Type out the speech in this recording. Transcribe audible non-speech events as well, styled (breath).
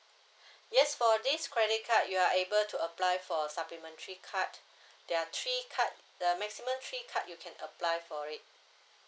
(breath) yes for this credit card you are able to apply for supplementary card (breath) there are three card uh maximum three card you can apply for it